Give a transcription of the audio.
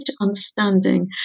understanding